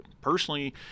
personally